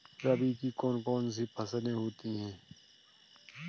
रबी की कौन कौन सी फसलें होती हैं?